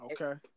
Okay